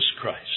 Christ